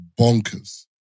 bonkers